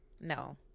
no